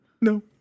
No